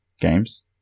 games